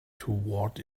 toward